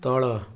ତଳ